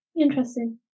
Interesting